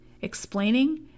explaining